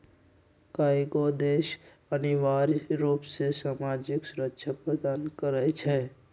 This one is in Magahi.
कयगो देश अनिवार्ज रूप से सामाजिक सुरक्षा प्रदान करई छै